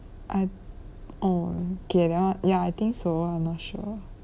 I oh okay that one ya I think so I not sure